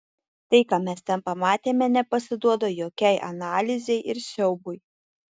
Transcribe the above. tai ką mes ten pamatėme nepasiduoda jokiai analizei ir siaubui